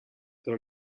tra